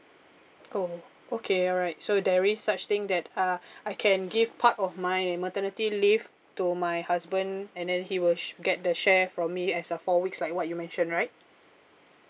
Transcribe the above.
oh okay alright so there is such thing that uh I can give part of my maternity leave to my husband and then he will get the share from me as the four weeks like what you mentioned right